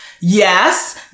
Yes